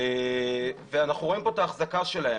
אנחנו רואים את האחזקה שלהם: